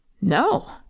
No